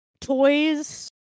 toys